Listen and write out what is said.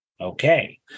Okay